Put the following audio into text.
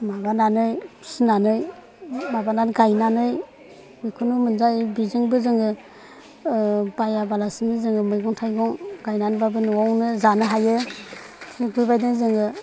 माबानानै फिनानै माबानानै गायनानै बेखौनो मोनजायो बेजोंनो जोङो बायाबालासिनो जोंङो मैगं थाइगं गायनानै ब्लाबो नों न'आवनो जानो हायो बिबादिनो जोङो